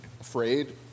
afraid